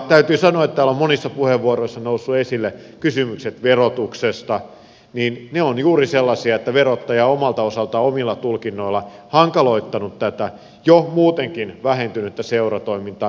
täytyy sanoa kun täällä ovat monissa puheenvuoroissa nousseet esille kysymykset verotuksesta että ne toimet ovat juuri sellaisia että verottaja omalta osaltaan omilla tulkinnoillaan on hankaloittanut tätä jo muutenkin vähentynyttä seuratoimintaa